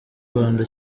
rwanda